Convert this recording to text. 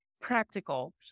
practical